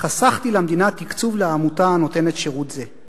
חסכתי למדינה תקצוב לעמותה הנותנת שירות זה,